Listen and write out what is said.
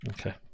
Okay